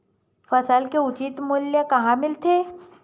फसल के उचित मूल्य कहां मिलथे?